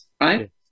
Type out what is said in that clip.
right